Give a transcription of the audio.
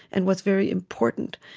and, what's very important?